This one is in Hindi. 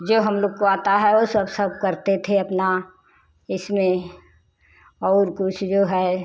जो हम लोग को आता है वो सब सब करते थे अपना इसमें अउर कुछ जो है